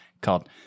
called